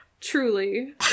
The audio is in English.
Truly